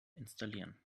installieren